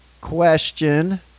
question